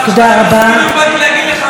תודה רבה לשר שטייניץ,